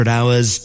Hours